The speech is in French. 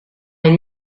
les